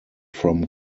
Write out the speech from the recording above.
from